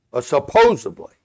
supposedly